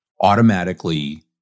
automatically